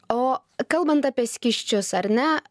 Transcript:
o kalbant apie skysčius ar ne